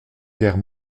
guerre